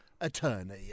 attorney